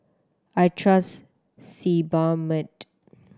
I trust Sebamed